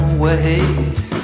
ways